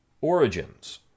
origins